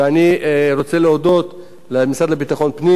אני רוצה להודות למשרד לביטחון פנים,